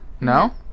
No